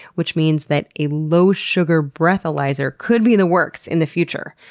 which means that a low-sugar breathalyzer could be in the works in the future.